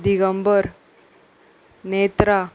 Digambar Netra